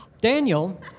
Daniel